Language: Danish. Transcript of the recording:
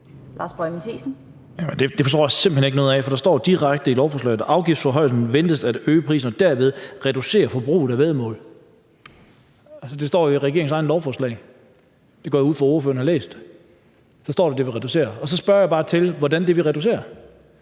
Det forstår jeg simpelt hen ikke noget af, for der står direkte i lovforslaget: »Afgiftsforhøjelsen ventes at øge prisen og dermed reducere forbruget af væddemål ...« Altså, det står i regeringens eget lovforslag. Det går jeg ud fra at ordføreren har læst. Der står det, at det vil reducere det, og så spørger jeg bare til, hvordan det vil reducere